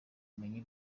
ubumenyi